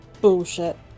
bullshit